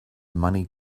money